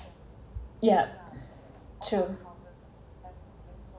yeah true